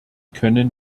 können